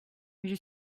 mais